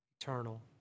eternal